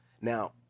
now